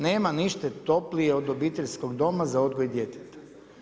Nema ništa toplije od obiteljskog doma za odgoj djeteta.